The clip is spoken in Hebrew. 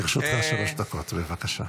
לרשותך שלוש דקות, בבקשה.